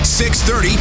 630